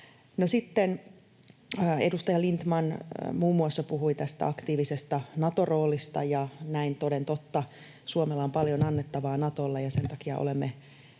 edustaja Lindtman puhui tästä aktiivisesta Nato-roolista. Näin toden totta, Suomella on paljon annettavaa Natolle, ja sen takia olemme